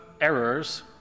errors